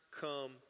Come